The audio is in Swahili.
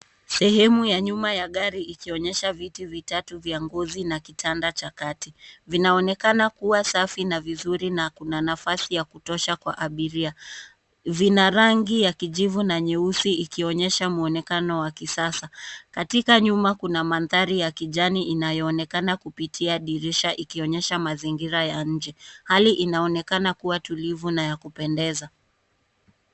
Sehemu ya nyuma ya gari ikionyesha viti vitatu vya ngozi na kitanda cha kati. Vinaonekana kuwa safi na vizuri na kuna nafasi ya kutosha kwa abiria. Vina rangi ya kijivu na nyeusi ikionyesha mwonekano wa kisasa. Katika nyuma kuna manthari ya kijani inayoonekana kupitia dirisha ikionyesha mzingira ya nje. Hali inaonekana kuwa tulivu na ya kupendeza.